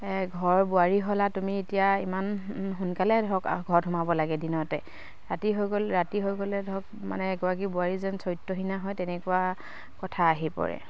ঘৰ বোৱাৰী হ'লা তুমি এতিয়া ইমান সোনকালে ধৰক ঘৰত সোমাব লাগে দিনতে ৰাতি হৈ গ'ল ৰাতি হৈ গ'লে ধৰক মানে এগৰাকী বোৱাৰী যেন চৰিত্ৰহীনা হয় তেনেকুৱা কথা আহি পৰে